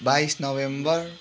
बाइस नोभेम्बर